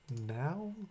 now